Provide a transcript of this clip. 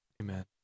Amen